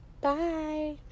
Bye